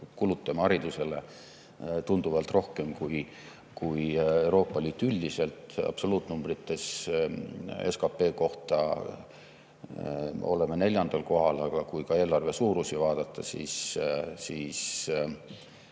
kulutame haridusele tunduvalt rohkem kui Euroopa Liit üldiselt. Absoluutnumbrites SKP kohta oleme neljandal kohal, aga kui ka eelarve suurusi vaadata, siis